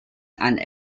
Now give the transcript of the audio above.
and